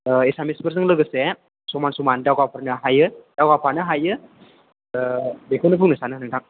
एसामिसफोरजों लोगोसे समान समान दावगाबोनो हायो दावगाफानो हायो बेखौनो बुंनो सानो नोंथां